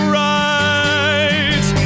right